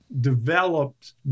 developed